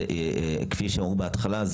כפי שהם אמרו בהתחלה,